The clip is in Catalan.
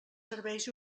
serveis